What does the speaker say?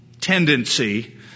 tendency